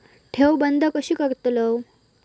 ठेव बंद कशी करतलव?